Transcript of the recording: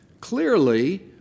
clearly